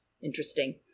Interesting